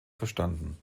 verstanden